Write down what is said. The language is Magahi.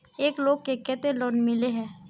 एक लोग को केते लोन मिले है?